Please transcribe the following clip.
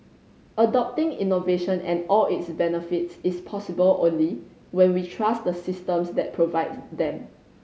adopting innovation and all its benefits is possible only when we trust the systems that provide them